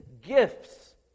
gifts